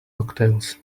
cocktails